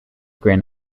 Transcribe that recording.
grin